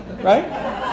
right